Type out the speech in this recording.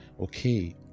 okay